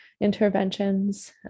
interventions